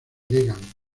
llegan